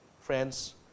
Friends